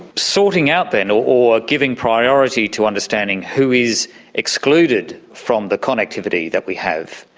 sorting out then or or giving priority to understanding who is excluded from the connectivity that we have,